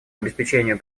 обеспечению